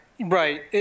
Right